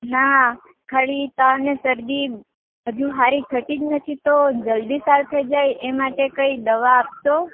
ના ખાલી તાવ અને શરદી હજુ હારી થતી જ નથી તો જલ્દી સારુ થઈ જાય એ માટે કઈ દવા આપશો